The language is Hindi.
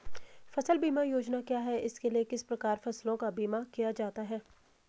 फ़सल बीमा योजना क्या है इसके लिए किस प्रकार फसलों का बीमा किया जाता है?